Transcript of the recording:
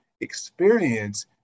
experience